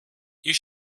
you